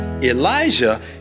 Elijah